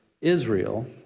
Israel